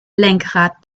lenkrad